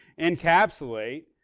encapsulate